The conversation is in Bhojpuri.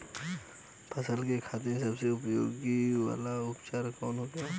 फसल के खातिन सबसे उपयोग वाला उर्वरक कवन होखेला?